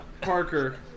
Parker